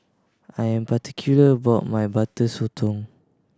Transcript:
I am particular about my Butter Sotong